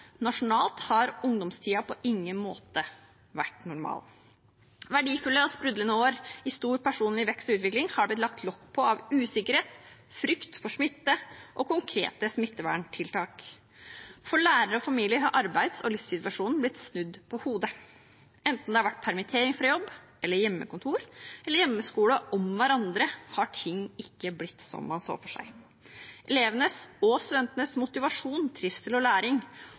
nasjonalt har ungdomstiden på ingen måte vært normal. Verdifulle og sprudlende år i stor personlig vekst og utvikling har blitt lagt lokk på av usikkerhet, frykt for smitte og konkrete smitteverntiltak. For lærere og familier har arbeids- og livssituasjonen blitt snudd på hodet. Enten det har vært permittering fra jobb eller hjemmekontor og hjemmeskole om hverandre, har ting ikke blitt som man så for seg. Elevenes og studentenes motivasjon, trivsel og læring